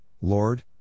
Lord